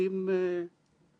זה היה התהליך